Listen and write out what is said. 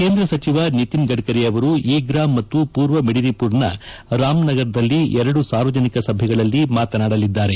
ಕೇಂದ್ರ ಸಚಿವ ನಿತಿನ್ ಗಢರಿ ಅವರು ಈಗ್ರಾ ಮತ್ತು ಪೂರ್ವ ಮೆಡಿನಿಪುರ್ನ ರಾಮ್ನಗರದಲ್ಲಿ ಎರಡು ಸಾರ್ವಜನಿಕ ಸಭೆಗಳಲ್ಲಿ ಮಾತನಾಡಲಿದ್ದಾರೆ